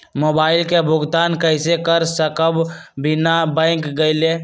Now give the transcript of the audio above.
Mobile के भुगतान कईसे कर सकब बिना बैंक गईले?